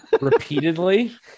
Repeatedly